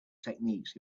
techniques